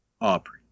Aubrey